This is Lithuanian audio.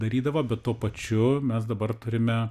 darydavo bet tuo pačiu mes dabar turime